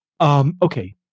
Okay